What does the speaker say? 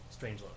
Strangelove